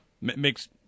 makes